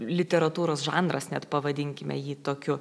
literatūros žanras net pavadinkime jį tokiu